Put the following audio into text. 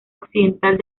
occidental